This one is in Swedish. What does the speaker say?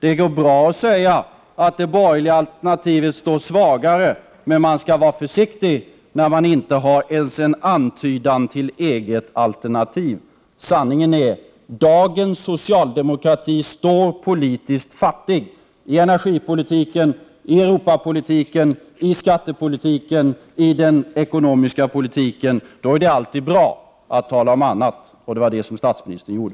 Det går bra att säga att det borgerliga alternativet står svagare, men man skall vara försiktig när man inte ens har en antydan till eget alternativ. Sanningen är att dagens socialdemokrati står politiskt fattig i energipolitiken, i Europapolitiken, i skattepolitiken och i den ekonomiska politiken. Då är det alltid bra att tala om annat, och det var det som statsministern gjorde.